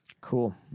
Cool